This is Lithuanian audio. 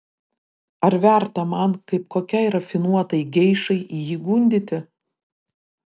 ar verta man kaip kokiai rafinuotai geišai jį gundyti